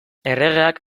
erregeak